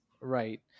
right